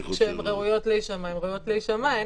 אני חושב --- כשהן ראויות להישמע הן ראויות להישמע.